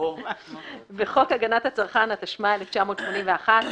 התשמ"א 1981‏,